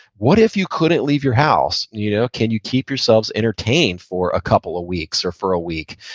what if you couldn't leave your house? you know can you keep yourselves entertained for a couple of weeks or for a week?